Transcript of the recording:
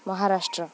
Maharashtra